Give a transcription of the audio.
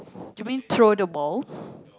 you mean throw the balls